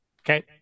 Okay